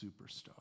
superstar